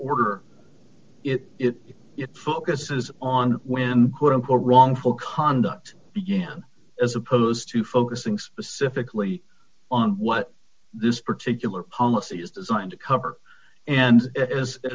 order it it it focuses on women quote unquote wrongful conduct began as opposed to focusing specifically on what this particular policy is designed to cover and as it was